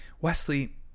Wesley